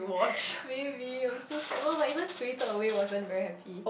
maybe I was so sad !wah! but even Spirited Away wasn't very happy